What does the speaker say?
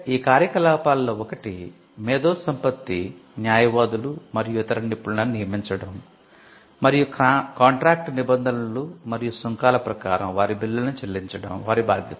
ఈ కార్యకలాపాలలో ఒకటి మేధోసంపత్తి న్యాయవాదులు మరియు ఇతర నిపుణులను నియమించడం మరియు కాంట్రాక్ట్ నిబంధనలు మరియు సుంకాల ప్రకారం వారి బిల్లులను చెల్లించడం వారి బాధ్యత